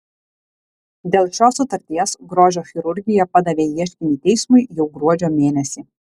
dėl šios sutarties grožio chirurgija padavė ieškinį teismui jau gruodžio mėnesį